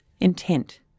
intent